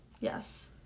Yes